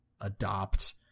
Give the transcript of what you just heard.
adopt